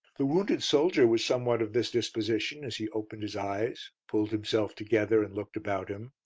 the wounded soldier was somewhat of this disposition as he opened his eyes, pulled himself together, and looked about him.